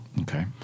Okay